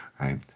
right